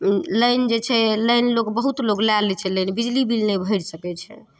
line जे छै line लोक बहुत लोक लऽ लै छै लाइन बिजली बिल नहि भरि सकै छै